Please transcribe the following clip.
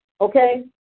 Okay